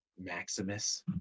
Maximus